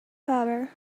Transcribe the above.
power